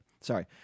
Sorry